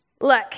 look